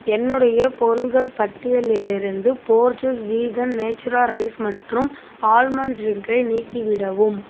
என்னுடைய பொருள்கள் பட்டியலிலிருந்து போர்ஜுஸ் வீகன் நேச்சுரா ரைஸ் மற்றும் ஆல்மண்ட் ட்ரிங்கை நீக்கிவிடவும்